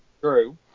true